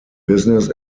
business